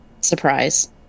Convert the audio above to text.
Surprise